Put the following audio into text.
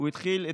הוא התחיל,